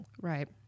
Right